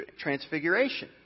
Transfiguration